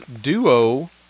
duo